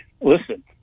listen